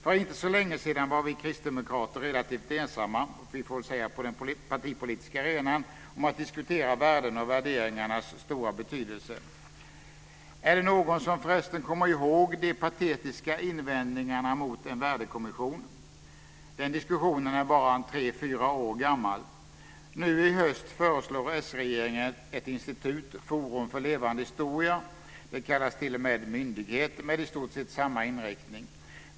För inte så länge sedan var vi kristdemokrater relativt ensamma - på den partipolitiska arenan - om att diskutera värden och värderingarnas stora betydelse. Är det någon som förresten kommer ihåg de patetiska invändningarna mot en värdekommission? Den diskussionen är bara tre fyra år gammal. Nu i höst föreslår s-regeringen ett institut, Forum för levande historia. Det kallas t.o.m. myndighet och har i stort sett samma inriktning.